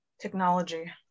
technology